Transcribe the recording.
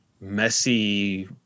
messy